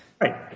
Right